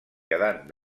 quedant